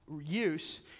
use